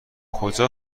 کجا